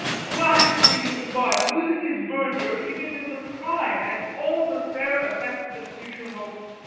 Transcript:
blasting in the bud, losing his verdure even in the prime, and all the fair effects of future hopes.